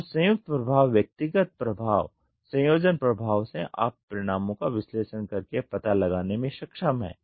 तो संयुक्त प्रभाव व्यक्तिगत प्रभाव संयोजन प्रभाव से आप परिणामों का विश्लेषण करके पता लगाने में सक्षम हैं